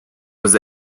was